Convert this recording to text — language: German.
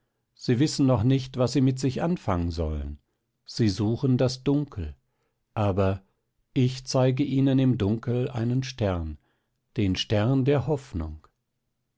sie wissen noch nicht was sie mit sich anfangen sollen sie suchen das dunkel aber ich zeige ihnen im dunkel einen stern den stern der hoffnung